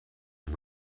and